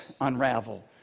unravel